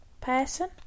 person